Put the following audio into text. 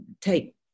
take